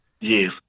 Yes